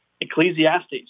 Ecclesiastes